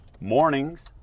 mornings